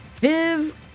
Viv